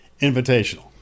Invitational